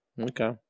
Okay